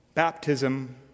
Baptism